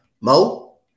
Mo